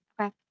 Okay